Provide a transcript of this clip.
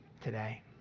today